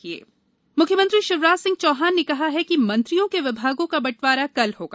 मंत्री विमाग मुख्यमंत्री शिवराज सिंह चौहान ने कहा है कि मंत्रियों के विभागों का बंटवारा कल होगा